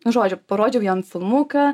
nu žodžiu parodžiau jam filmuką